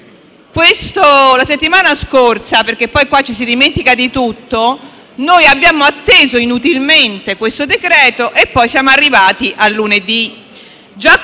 La settimana scorsa - qui ci si dimentica di tutto - noi abbiamo atteso inutilmente questo decreto e poi siamo arrivati a lunedì.